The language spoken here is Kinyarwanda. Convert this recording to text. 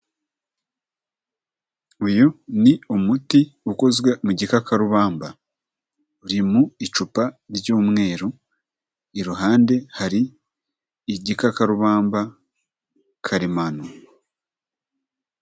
Uyu ni umuti ukozwe mu gikakarubamba. Uri mu icupa ry'umweru, iruhande hari igikakarubamba karemano.